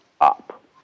up